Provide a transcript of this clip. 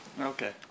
Okay